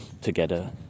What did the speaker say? together